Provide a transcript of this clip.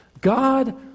God